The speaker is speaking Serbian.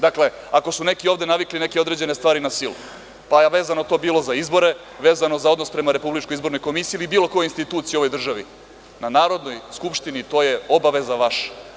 Dakle, ako su neki ovde navikli neke određene stvari na silu, pa vezano to bilo za izbore, vezano za odnos prema RIK ili bilo kojoj instituciji u ovoj državi, na Narodnoj skupštini, to je obaveza vaša.